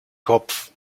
kopf